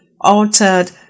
altered